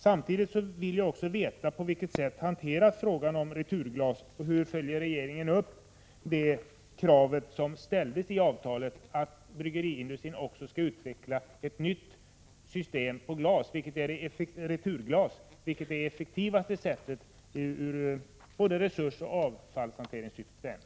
Samtidigt vill jag också veta på vilket sätt frågan om returglas hanteras och hur regeringen följer upp det krav som ställdes i avtalet att bryggeriindustrin också skall utveckla ett nytt system med returglas, vilket är det effektivaste från både resursoch avfallshanteringssynpunkt.